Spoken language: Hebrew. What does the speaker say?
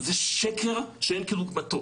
זה שקר שאין כדוגמתו.